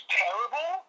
terrible